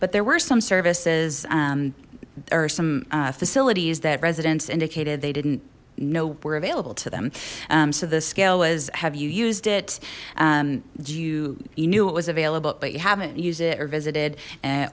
but there were some services there are some facilities that residents indicated they didn't know we're available to them so the scale was have you used it do you you knew what was available but you haven't used it or visited